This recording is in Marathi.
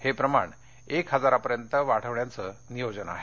हे प्रमाण एक हजारापर्यंत वाढवण्याचं नियोजन आहे